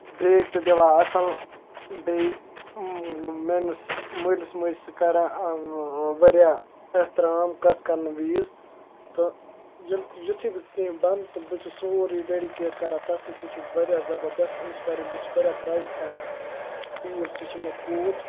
brake تہِ دِوان اَصٕل بیٚیہِ میٛٲنِس مٲلِس ماجہِ سُہ کَران واریاہ احترام کَتھ کَرنہٕ ویٖز تہٕ ییٚلہِ تہٕ یُتھُے بہٕ کیٚنٛہہ بَنہٕ تہٕ بہٕ چھُس سورُے ڈٮ۪ڈِکیٹ کَران تٔمۍ سٕے سُہ چھِ واریاہ زَبَردَست اِنَسپایرِنٛگ بہٕ چھُس واریاہ پرٛاوُڈ کَران فیٖل سُہ چھِ مےٚ کوچ